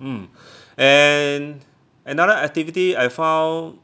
mm and another activity I found